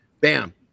bam